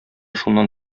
шуннан